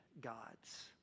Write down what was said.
gods